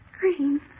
Green